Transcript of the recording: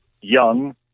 young